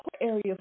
area